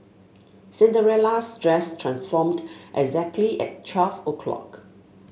Cinderella's dress transformed exactly at twelve o'clock